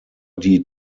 die